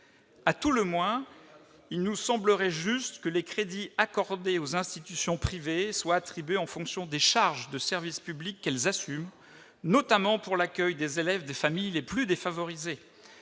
devoirs du soir. Il nous semblerait juste que les crédits accordés aux institutions privées soient attribués en fonction des charges de service public que celles-ci assument, notamment pour l'accueil des élèves des familles les plus défavorisées.